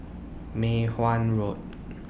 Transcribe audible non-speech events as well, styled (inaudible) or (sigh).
Mei Hwan Road (noise)